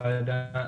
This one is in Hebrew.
הוועדה,